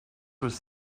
was